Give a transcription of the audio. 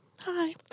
Hi